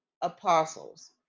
apostles